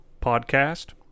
podcast